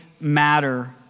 matter